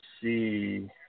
see